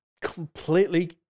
completely